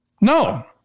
No